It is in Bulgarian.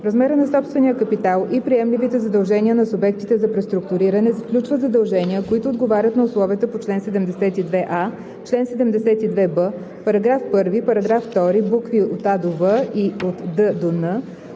размера на собствения капитал и приемливите задължения на субектите за преструктуриране се включват задължения, които отговарят на условията по чл. 72а, чл. 72б, параграф 1, параграф 2, букви „а – в“ и „д – н“,